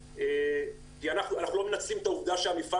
ואנחנו לא מנצלים את העובדה שהמפעל